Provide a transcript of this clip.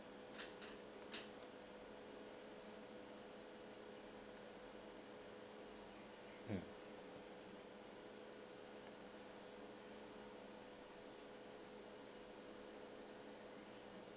mm